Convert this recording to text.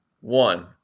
One